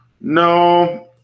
No